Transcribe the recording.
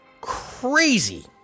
crazy